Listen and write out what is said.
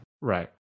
Right